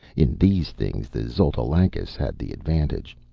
in these things the xotalancas had the advantage,